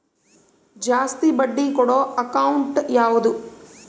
ಜಾಸ್ತಿ ಬಡ್ಡಿ ಕೊಡೋ ಅಕೌಂಟ್ ಯಾವುದು?